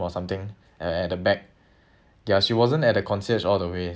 or something at the back ya she wasn't at the concierge all the way